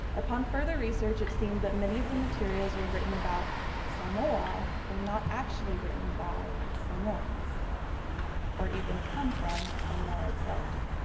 upon further research it seemed that many of the materials were written about samoa were not actually written by samoans or even come from samoa itself.